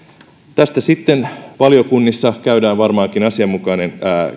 tästä sitten valiokunnissa käydään varmaankin asianmukainen